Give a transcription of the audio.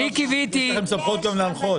יש לגם סמכויות גם להנחות.